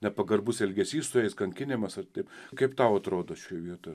nepagarbus elgesys su jais kankinimas ir taip kaip tau atrodo šioj vietoj